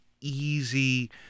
easy